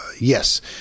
yes